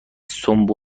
سمبل